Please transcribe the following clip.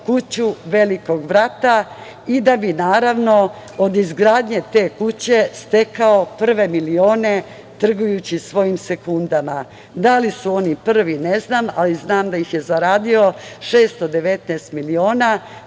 kuću „Velikog brata“ i da bi, naravno, od izgradnje te kuće stekao prve milione, trgujući svojim sekundama. Da li su oni prvi, ne znam, ali znam da ih je zaradio 619 miliona